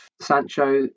Sancho